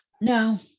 No